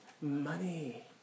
Money